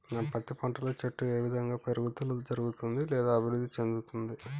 నా పత్తి పంట లో చెట్టు ఏ విధంగా పెరుగుదల జరుగుతుంది లేదా అభివృద్ధి చెందుతుంది?